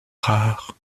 rares